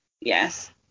Yes